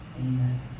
Amen